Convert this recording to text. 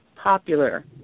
Popular